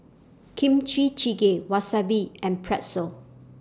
Kimchi Jjigae Wasabi and Pretzel